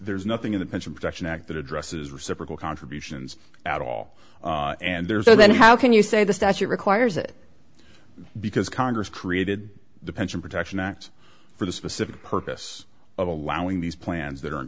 there's nothing in the pension protection act that addresses reciprocal contributions at all and there's no then how can you say the statute requires it because congress created the pension protection act for the specific purpose of allowing these plans that are